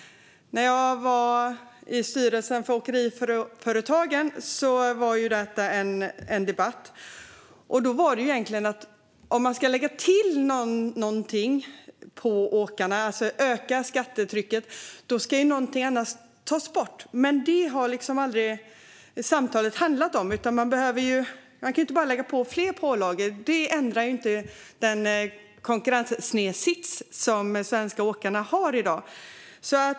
När jag satt i styrelsen för Sveriges Åkeriföretag var detta en debatt, och då handlade det egentligen om att ifall man ska lägga på någonting på åkarna, alltså öka skattetrycket, ska någonting annat tas bort. Men samtalet har liksom aldrig handlat om det. Man kan inte bara komma med fler pålagor. Det ändrar inte den konkurrenssnedsits som de svenska åkarna har i dag.